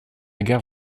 guerre